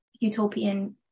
utopian